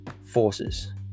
forces